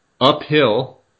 uphill